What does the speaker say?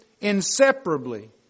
inseparably